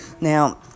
Now